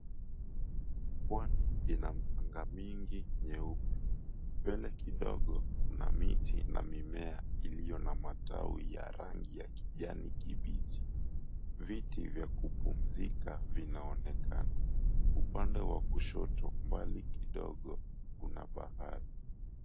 Pwani lina mchanga mingi nyeupe. Mbele kidogo kuna miti na mimea iliyo na matawi ya rangi ya kijani kibichi. Viti vya kupumzika vinaonekana. Upande wa kushoto mbali kidogo kuna bahari.